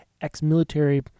ex-military